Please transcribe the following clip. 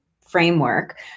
framework